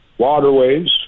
Waterways